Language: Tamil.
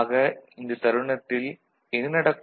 ஆக இந்த தருணத்தில் என்ன நடக்கும்